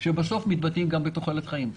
שבסוף מתבטאים גם בתוחלת חיים.